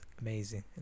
amazing